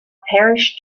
parish